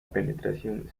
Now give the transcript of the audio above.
penetración